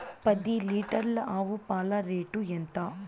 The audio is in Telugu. పది లీటర్ల ఆవు పాల రేటు ఎంత?